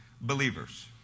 believers